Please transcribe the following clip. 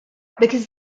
because